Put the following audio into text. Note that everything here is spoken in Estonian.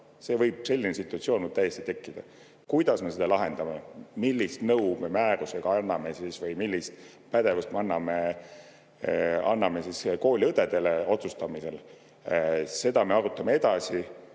reaalne. Selline situatsioon võib täiesti tekkida. Kuidas me seda lahendame? Millist nõu me määrusega anname või millise pädevuse me anname kooliõdedele otsustamisel? Seda me arutame edasi,